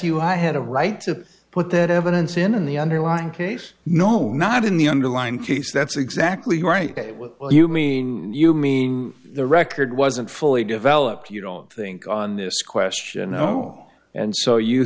you had a right to put that evidence in the underlying case no not in the underlying case that's exactly right you mean you mean the record wasn't fully developed you don't think on this question oh and so you